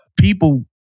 people